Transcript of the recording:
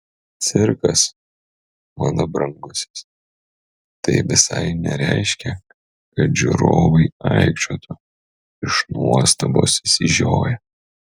cirkas mano brangusis tai visai nereiškia kad žiūrovai aikčiotų iš nuostabos išsižioję